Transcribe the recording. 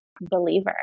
Believer